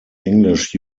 english